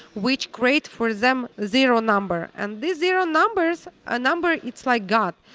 which great for them. zero number and these zero numbers a number. it's like god,